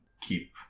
keep